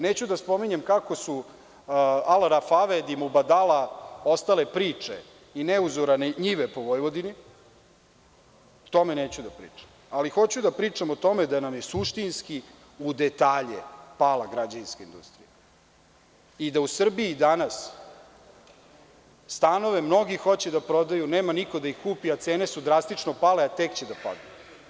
Neću da spominjem kako su „Al Ravafed“ i „Mubadala“ ostale priče i neuzorane njive po Vojvodini, o tome neću da pričam, ali hoću da pričam o tome da nam je suštinski u detalje pala građevinska industrija i da u Srbiji danas stanove mnogi hoće da prodaju, nema niko da ih kupi, a cene su drastično pale, a tek će da padnu.